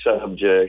subject